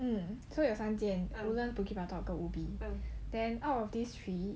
mmhmm so 有三间 woodlands bukit batok 跟 ubi then out of this three